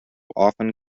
often